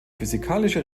physikalische